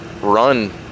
run